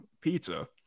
pizza